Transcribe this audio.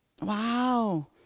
Wow